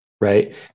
right